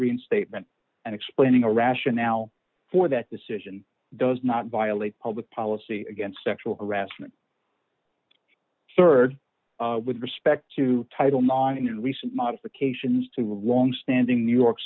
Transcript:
reinstatement and explaining a rationale for that decision does not violate public policy against sexual harassment rd with respect to title mining and recent modifications to longstanding new york